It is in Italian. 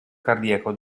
cardiaco